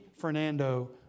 Fernando